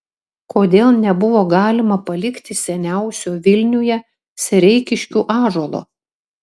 kodėl nebuvo galima palikti seniausio vilniuje sereikiškių ąžuolo